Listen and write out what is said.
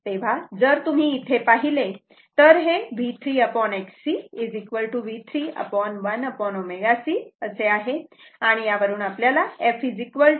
तेव्हा जर तुम्ही इथे पाहिले तर हे V3 Xc V3 1 ω c असे आहे आणि यावरून आपल्याला f2